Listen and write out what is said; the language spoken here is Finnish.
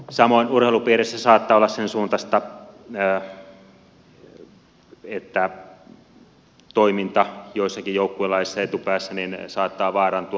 samoin urheilupiireissä saattaa olla sen suuntaista että toiminta joissakin joukkuelajeissa etupäässä saattaa vaarantua